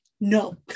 No